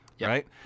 right